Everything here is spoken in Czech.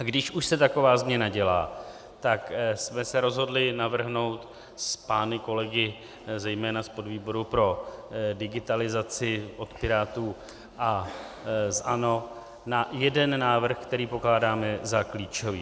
Když už se taková změna dělá, tak jsme se rozhodli navrhnout s pány kolegy zejména z podvýboru pro digitalizaci od Pirátů a z ANO jeden návrh, který pokládáme za klíčový.